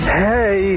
hey